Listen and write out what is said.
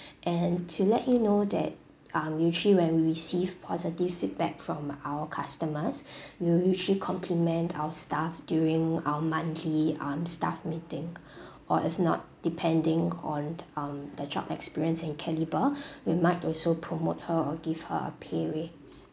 and to let you know that uh usually when we received positive feedback from our customers we will usually compliment our staff during our monthly um staff meeting or is not depending on um the job experience and caliber we might also promote her or give her a pay raise